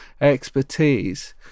expertise